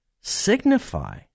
signify